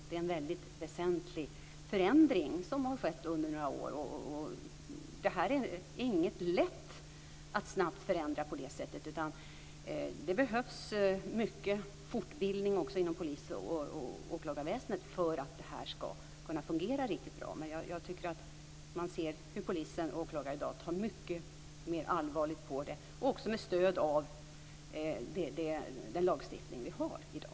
Det är en väsentlig förändring som har skett under några år. Det är inte lätt att snabbt förändra på det sättet, utan det behövs mycket fortbildning också inom polis och åklagarväsende för att det ska kunna fungera riktigt bra. Jag tycker att man ser hur polis och åklagare tar mycket mer allvarligt på det, också med stöd av den lagstiftning som vi har i dag.